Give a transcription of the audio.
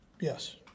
Yes